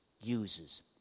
uses